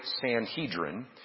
Sanhedrin